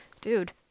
Dude